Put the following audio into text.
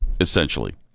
essentially